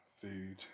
food